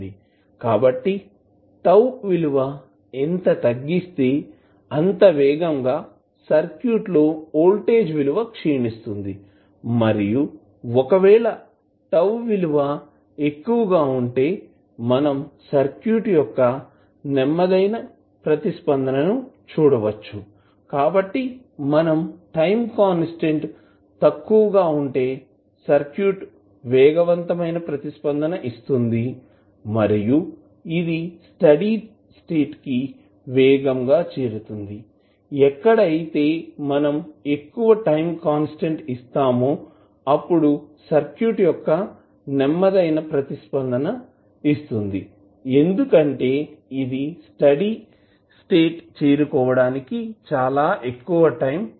కాబట్టి τ విలువ ఎంత తగ్గిస్తే అంతే వేగంగా సర్క్యూట్లో వోల్టేజ్ విలువ క్షీణిస్తోంది మరియు ఒకవేళ τ విలువ ఎక్కువగా వుంటే మనం సర్క్యూట్ యొక్క నెమ్మదైన ప్రతిస్పందన చూడవచ్చుకాబట్టి మనం టైం కాన్స్టాంట్ తక్కువగా వుంటే సర్క్యూట్ వేగవంతమైన ప్రతిస్పందన ఇస్తుంది మరియు ఇది స్టడీ స్టేట్ కి వేగంగా చేరుతుంది ఎక్కడ అయితే మనం ఎక్కువ టైం కాన్స్టాంట్ ఇస్తామో అప్పుడు సర్క్యూట్ యొక్క నెమ్మదైన ప్రతిస్పందన ఇస్తుంది ఎందుకంటే ఇది స్టడీ స్టేట్ కిచేరుకోవడానికి చాలా ఎక్కువ టైం తీసుకుంటుంది